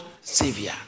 Savior